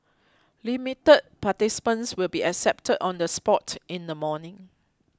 limited participants will be accepted on the spot in the morning